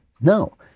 no